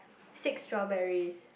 six strawberries